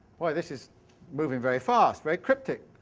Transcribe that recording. well, this is moving very fast, very cryptic.